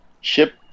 ship